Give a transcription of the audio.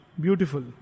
beautiful